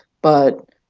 but